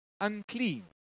unclean